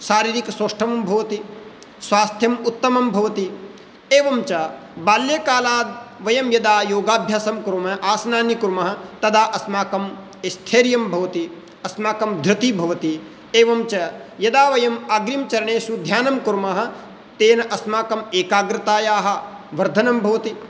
शरीरिकसौष्ठं भवति स्वास्थ्यम् उत्तमं भवति एवं च बाल्यकालात् वयं यदा योगाभ्यासं कुर्मः आसनानि कुर्मः तदा अस्माकं स्थैर्यं भवति अस्माकं धृतिः भवति एवञ्च यदा वयं अग्रिमचरणेषु ध्यानं कुर्मः तेन अस्माकम् एकाग्रतायाः वर्धनं भवति